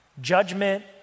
Judgment